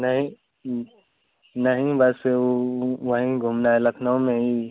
नहीं नहीं बस वो वहीं घूमना है लखनऊ में ही